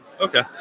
Okay